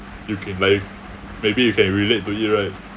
you can like maybe you can relate to it right